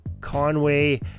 Conway